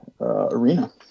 Arena